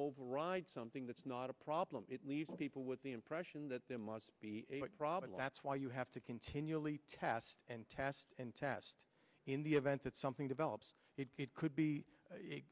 override something that's not a problem it leaves people with the impression that there must be a problem that's why you have to continually test and test and test in the event that something develops it could be